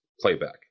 playback